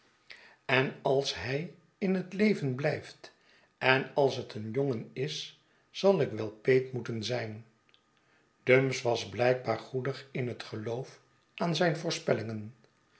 en als hij in het ieven blijft en als het een jongen is zal ik wel peet moeten zijn dumps was blijkbaar goedig in het geloof aan zijn voorspellingen